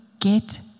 get